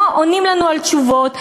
לא עונים לנו על שאלות,